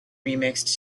remixed